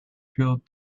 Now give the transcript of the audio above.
filled